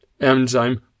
enzyme